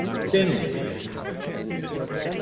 thinly admittedly,